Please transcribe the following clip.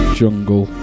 jungle